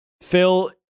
Phil